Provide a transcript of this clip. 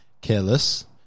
careless